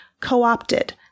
co-opted